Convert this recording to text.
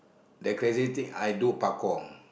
that crazy thing I do parkour